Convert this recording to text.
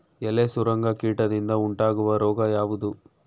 ಎಲೆ ಸುರಂಗ ಕೀಟದಿಂದ ಉಂಟಾಗುವ ರೋಗ ಯಾವುದು?